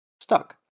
stuck